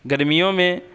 گرمیوں میں